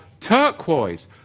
turquoise